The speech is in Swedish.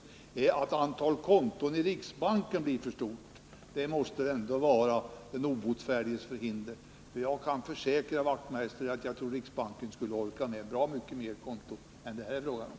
anföra att antalet konton i riksbanken blir för stort — det måste ändå vara den obotfärdiges förhinder. Jag kan försäkra herr Wachtmeister att jag tror att riksbanken skulle orka med bra mycket fler konton än det här är fråga om.